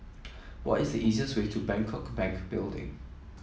what is the easiest way to Bangkok Bank Building